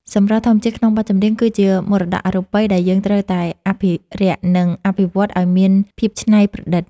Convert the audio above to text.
សម្រស់ធម្មជាតិក្នុងបទចម្រៀង គឺជាមរតកអរូបីដែលយើងត្រូវតែអភិរក្ស និងអភិវឌ្ឍឱ្យមានភាពច្នៃប្រឌិត។